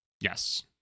yes